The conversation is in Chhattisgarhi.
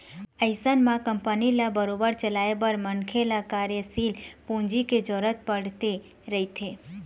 अइसन म कंपनी ल बरोबर चलाए बर मनखे ल कार्यसील पूंजी के जरुरत पड़ते रहिथे